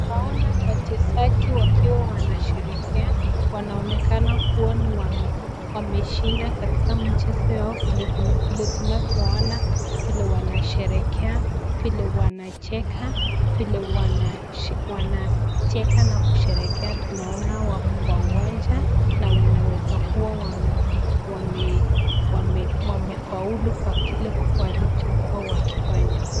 Naona wachezaji wakiwa wanasherekea, wanaonekana kuwa ni wameshinda katika mchezo yao, vile tunavyoona , vile wanasherekea , vile wanacheka, vile wanacheka na kusherekea, tunaona wako kwa uwanja na wanaweza kuwa wame wamefaulu kwa kile walichokuwa wakifanya.